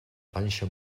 panxa